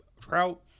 Trout